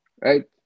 right